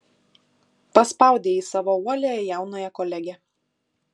paspaudė ji savo uoliąją jaunąją kolegę